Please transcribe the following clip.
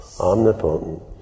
omnipotent